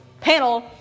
Panel